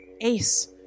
Ace